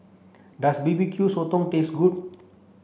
Does B B Q Sotong taste good